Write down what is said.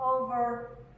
over